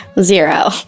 Zero